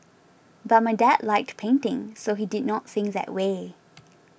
but my dad liked painting so he did not think that way